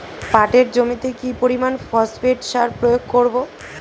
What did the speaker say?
পাটের জমিতে কি পরিমান ফসফেট সার প্রয়োগ করব?